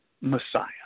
Messiah